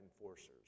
enforcers